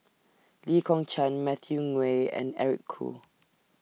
Lee Kong Chian Matthew Ngui and Eric Khoo